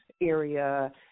area